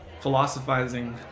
philosophizing